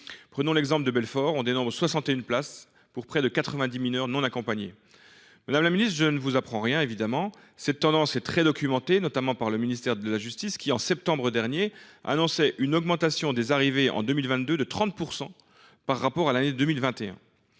Prenons l’exemple du Territoire de Belfort : on dénombre 61 places pour près de 90 mineurs non accompagnés. Madame la ministre, je ne vous apprends rien : cette tendance est très documentée, notamment par le ministère de la justice, qui, en septembre dernier, annonçait une augmentation du nombre d’arrivées de 30 % en 2022 par rapport à 2021.